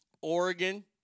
Oregon